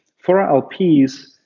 for our lps,